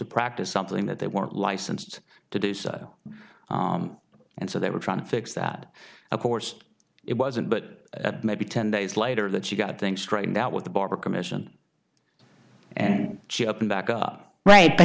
practice something that they weren't licensed to do so and so they were trying to fix that of course it wasn't but maybe ten days later that she got things straightened out with the barber commission and chipping back up right